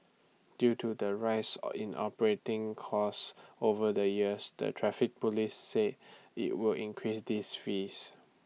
due to the rise or in operating costs over the years the traffic Police said IT would increase these fees